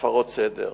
הפרת סדר,